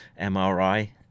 MRI